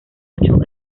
ocho